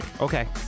Okay